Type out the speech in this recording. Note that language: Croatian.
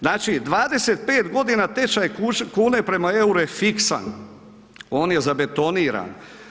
Znači, 25 godina tečaj kune prema EUR-u je fiksan, on je zabetoniran.